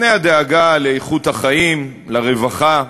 לפני הדאגה לאיכות החיים, לרווחה,